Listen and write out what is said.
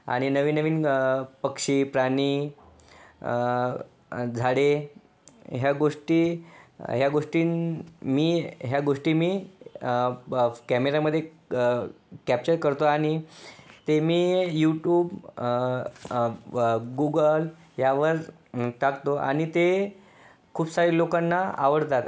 आणि नवीन नवीन पक्षी प्राणी झाडे ह्या गोष्टी ह्या गोष्टीं मी ह्या गोष्टी मी कॅमेरामध्ये कॅप्चर करतो आणि ते मी युट्यूब गूगल यावर टाकतो आणि ते खूप साऱ्या लोकांना आवडतात